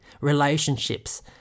relationships